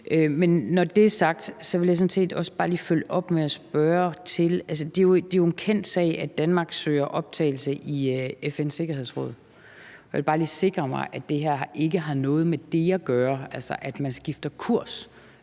når det er sagt, vil jeg sådan set også bare lige følge op med at spørge til noget. Det er jo en kendt sag, at Danmark søger optagelse i FN's Sikkerhedsråd, og jeg vil bare lige sikre mig, at det her ikke har noget med det at gøre, altså det, at man skifter kurs